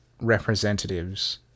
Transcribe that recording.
representatives